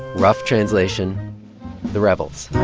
rough translation the rebels.